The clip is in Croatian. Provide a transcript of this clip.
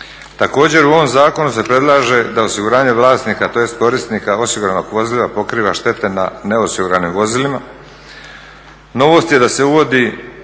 Također u ovom zakonu se predlaže da se osiguranje vlasnika tj. korisnika osiguranog vozila pokriva štete na neosiguranim vozilima.